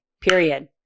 Period